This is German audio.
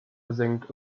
versenkt